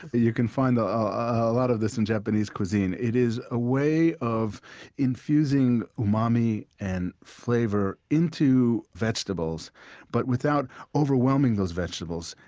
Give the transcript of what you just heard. ah you can find a lot of this in japanese cuisine. it is a way of infusing umami and flavor into vegetables but without overwhelming those vegetables.